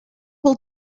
will